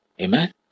Amen